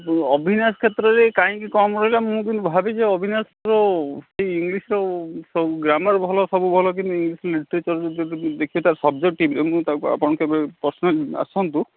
କିନ୍ତୁ ଅବିନାଶ କ୍ଷେତ୍ରରେ କାହିଁକି କମ ରହିଲା ମୁଁ କିନ୍ତୁ ଭାବିଛି ଅବିନାଶର ସେଇ ଇଂଲିଶ ସବୁ ଗ୍ରାମାର ଭଲ ସବୁ ଭଲ କିନ୍ତୁ ଇଂଲିଶ ଲିଟ୍ରେଚର୍ ଦେଖେ ତା ସବଜେକ୍ଟିଭରେ ମୁଁ ତାକୁ ଆପଣ କେବେ ପର୍ସିନାଲି ଆସନ୍ତୁ